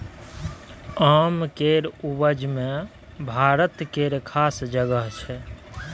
आम केर उपज मे भारत केर खास जगह छै